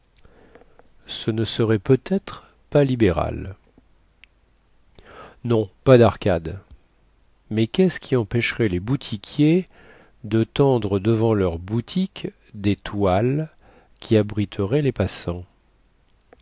ce ne serait peut-être pas libéral non pas darcades mais quest ce qui empêcherait les boutiquiers de tendre devant leurs boutiques des toiles qui abriteraient les passants